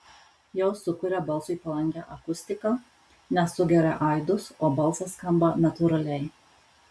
jos sukuria balsui palankią akustiką nes sugeria aidus o balsas skamba natūraliai